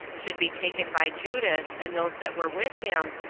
should be taken by judas, and those that were with him,